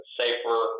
safer